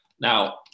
Now